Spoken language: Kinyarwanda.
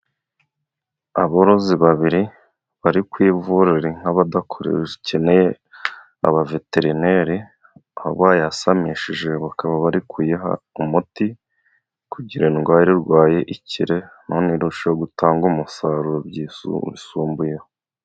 Abarozi babiri bari kwivurira inka badakeneye abaveterineri, aho bayasamishije bakaba bari kuyiha umuti, kugira ngo indwara irwaye ikire, irusheho gutanga umusaruro wisusumbuyeho.